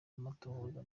amatohoza